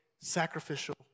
sacrificial